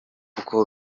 uko